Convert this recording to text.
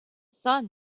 sun